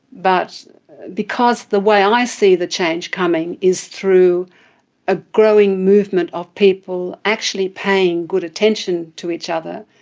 but because the way i see the change coming is through a growing movement of people actually paying good attention to each other,